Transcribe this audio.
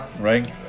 right